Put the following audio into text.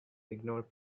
ignore